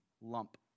lump